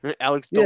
alex